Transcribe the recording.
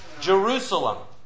Jerusalem